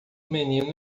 menino